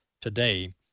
today